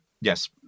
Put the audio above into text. Yes